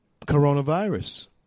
coronavirus